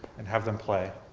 and have them play.